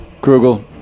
Krugel